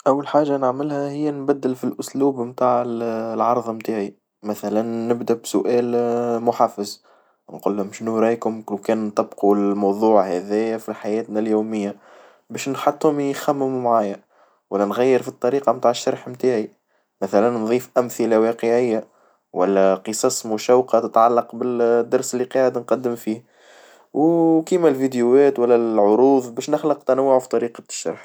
أول حاجة نعملها هي نبدل في الأسلوب نتاع العرظ نتاعي، مثلًا نبدأ بسؤال محفز، نقول لهم شنو رأيكم كو كان نطبقو الموظوع هذا في حياتنا اليومية؟ باش نحطهم يخممو معايا، والا نغير في الطريقة نتاع الشرح متاعي، مثلًا نضيف أمثلة واقعية والا قصص مشوقة تتعلق بالدرس اللي قاعد نقدم فيه، وكيما الفيديوات ولا العروض باش نخلق تنوع في طريقة الشرح.